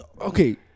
Okay